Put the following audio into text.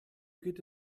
geht